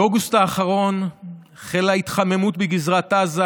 באוגוסט האחרון החלה התחממות בגזרת עזה,